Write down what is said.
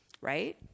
right